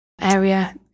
area